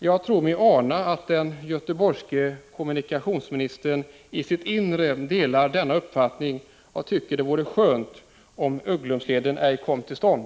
Jag tror mig ana att den göteborgske kommunikationsministern i sitt inre delar denna uppfattning och tycker det vore skönt om Ugglumsleden ej kom till stånd.